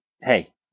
hey